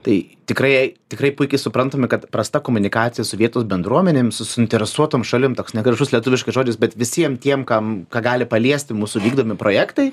tai tikrai tikrai puikiai suprantame kad prasta komunikacija su vietos bendruomenėm su suinteresuotom šalim toks negražus lietuviškas žodis bet visiem tiem kam ką gali paliesti mūsų vykdomi projektai